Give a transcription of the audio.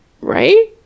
right